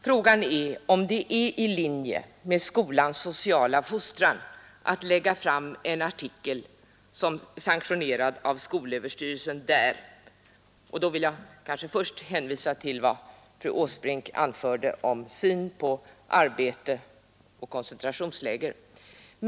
Frågan är om det är i linje med skolans sociala fostran att lägga fram en artikel, sanktionerad av skolöverstyrelsen, där sådana här synpunkter förs fram. Då vill jag också hänvisa till vad fru Åsbrink anförde om synen på arbete och koncentrationsläger.